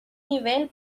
nivel